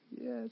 Yes